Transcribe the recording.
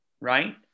right